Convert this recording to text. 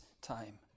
time